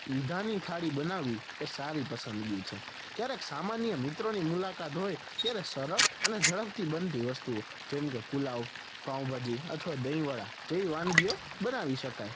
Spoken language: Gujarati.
વિધાની થાળી બનાવી એ સારી પસંદગી છે ક્યારેક સામાન્ય મિત્રોની મુલાકાત હોય ત્યારે સરળ અને ઝડપથી બનતી વસ્તુઓ જેમ કે પુલાવ પાઉંભાજી અથવા દહીંવડા જેવી વાનગીઓ બનાવી શકાય